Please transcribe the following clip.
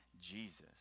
Jesus